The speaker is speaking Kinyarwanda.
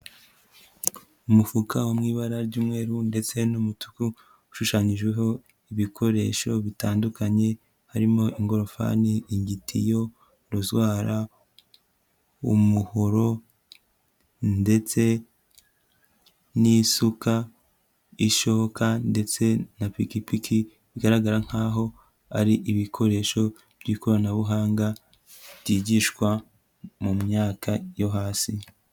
Umufuka wo mu ibara ry'umweru ndetse n'umutuku ushushanyijeho ibikoresho bitandukanye harimo ingorofani, igitiyo, rozwara, umuhoro ndetse n'isuka, ishoka ndetse na pikipiki bigaragara nkaho ari ibikoresho by'ikoranabuhanga byigishwa mu myaka yo hasi.